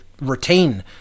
retain